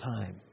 time